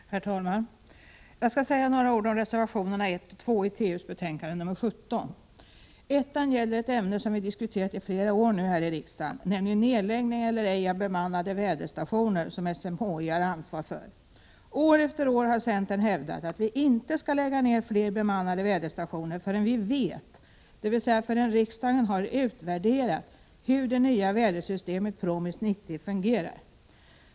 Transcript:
Herr talman! Jag skall säga några ord om reservationerna 1 och 2 till TU:s betänkande 17. Reservation 1 gäller ett ämne som vi har diskuterat i flera år nu här i riksdagen, nämligen nerläggning eller ej av bemannade väderstationer som SMHI har ansvar för. År efter år har centern hävdat att man inte skall lägga ner fler bemannade väderstationer förrän man vet, dvs. förrän riksdagen har utvärderat, hur det nya vädersystemet PROMIS 90 fungerar.